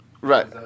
Right